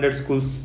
schools